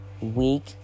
week